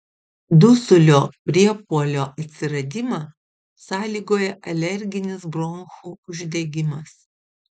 dusulio priepuolio atsiradimą sąlygoja alerginis bronchų uždegimas